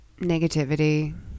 negativity